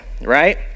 right